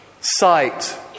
sight